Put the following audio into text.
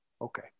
Okay